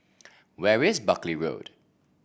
where is Buckley Road